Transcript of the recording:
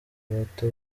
bato